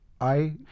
I-